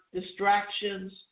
distractions